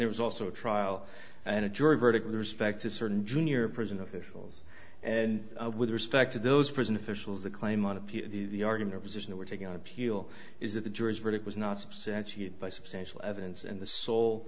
there was also a trial and a jury verdict with respect to certain junior prison officials and with respect to those prison officials the claimant to the argument position they were taking on appeal is that the jury's verdict was not substantiated by substantial evidence and the so